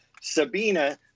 Sabina